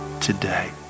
today